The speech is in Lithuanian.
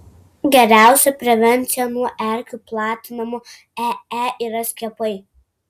geriausia prevencija nuo erkių platinamo ee yra skiepai